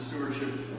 Stewardship